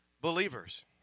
believers